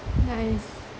nice